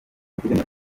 iteganya